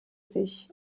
sich